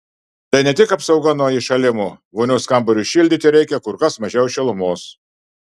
tai ne tik apsauga nuo įšalimo vonios kambariui šildyti reikia kur kas mažiau šilumos